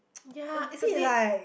ya it's a bit